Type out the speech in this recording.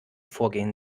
vorgehen